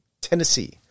Tennessee